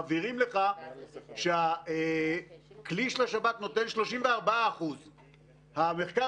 מבהירים לך שהכלי של השב"כ נותן 34%. המחקר